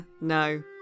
no